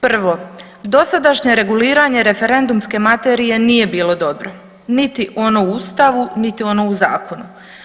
Prvo, dosadašnje reguliranje referendumske materije nije bilo dobro, niti ono u Ustavu, niti ono u zakonu.